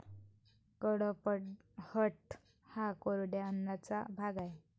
कडपह्नट हा कोरड्या अन्नाचा भाग आहे